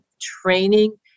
training